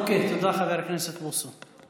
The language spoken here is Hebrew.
אוקיי, תודה, חבר הכנסת בוסו.